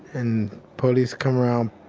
and police come around.